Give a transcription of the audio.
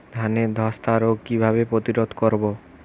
ধানে ধ্বসা রোগ কিভাবে প্রতিরোধ করব?